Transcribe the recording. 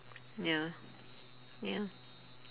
ya ya